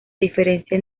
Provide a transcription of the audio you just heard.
diferencia